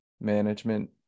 management